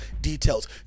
details